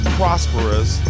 prosperous